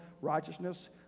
righteousness